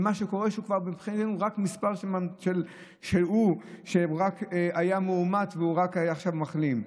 מה שקורה זה שהוא רק מספר שרק היה מאומת והוא רק עכשיו מחלים.